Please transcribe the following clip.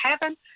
heaven